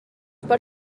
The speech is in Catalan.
per